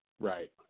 Right